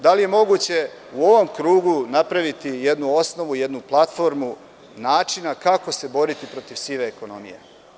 Da li je moguće u ovom krugu napraviti jednu osnovu, jednu platformu i način kako se boriti protiv sive ekonomije?